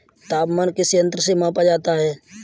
तापमान किस यंत्र से मापा जाता है?